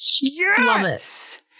Yes